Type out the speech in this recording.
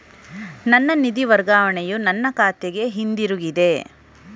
ನನ್ನ ನಿಧಿ ವರ್ಗಾವಣೆಯು ನನ್ನ ಖಾತೆಗೆ ಹಿಂತಿರುಗಿದೆ